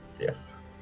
Yes